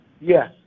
Yes